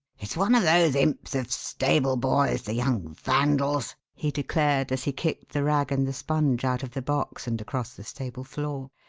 it's one of those imps of stable-boys, the young vandals! he declared, as he kicked the rag and the sponge out of the box and across the stable floor.